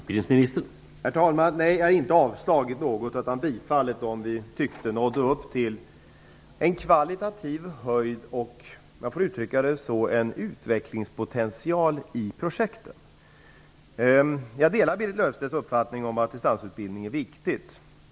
Herr talman! Nej, jag har inte avslagit något, utan bifallit de projekt vi tyckte nådde upp till en kvalitativ höjd och, om jag får uttrycka det så, där det fanns en utvecklingspotential. Jag delar Berit Löfstedts uppfattning att distansutbildning är viktig.